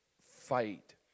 fight